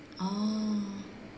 orh